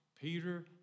Peter